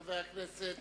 חבר הכנסת